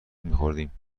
میخوردیم